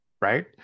right